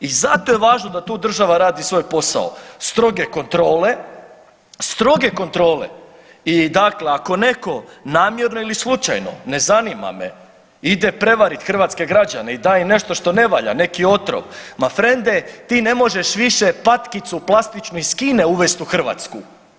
I zato je važno da tu država radi svoj posao, stroge kontrole, stroge kontrole i dakle ako neko namjerno ili slučajno, ne zanima me, ide prevarit hrvatske građane i da im nešto što ne valja neki otrov, ma frende ti ne možeš više patkicu plastičnu iz Kine uvest u Hrvatsku.